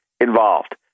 involved